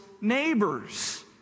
neighbors